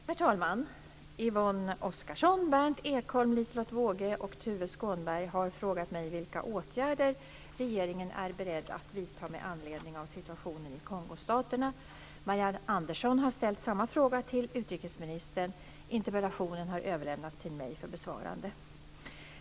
Herr talman! Yvonne Oscarsson, Berndt Ekholm, Liselotte Wågö och Tuve Skånberg har frågat mig vilka åtgärder regeringen är beredd att vidta med anledning av situationen i Kongostaterna. Marianne Andersson har ställt samma fråga till utrikesministern. Interpellationen har överlämnats till mig för besvarande.